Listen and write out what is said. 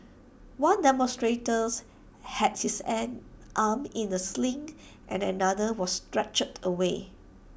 one demonstrators had his an arm in A sling and another was stretchered away